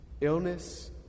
illness